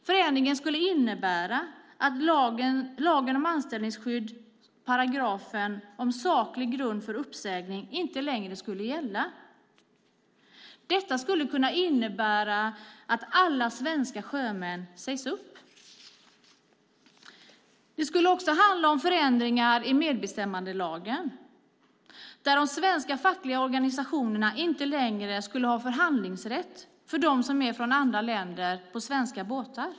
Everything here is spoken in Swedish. Förändringarna skulle innebära att lagen om anställningsskydd - paragrafen om saklig grund för uppsägning - inte längre skulle gälla. Detta skulle innebära att alla svenska sjömän sägs upp. Det skulle också handla om förändringar i medbestämmandelagen, där de svenska fackliga organisationerna inte längre skulle ha förhandlingsrätt för dem som är från andra länder på svenska båtar.